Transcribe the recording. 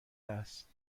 است